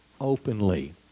openly